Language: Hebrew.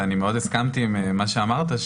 ואני מאוד הסכמת עם מה שאמרת,